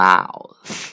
Mouth